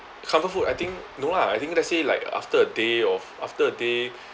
comfort food I think no lah I think let's say like after a day of after a day